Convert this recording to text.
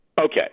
Okay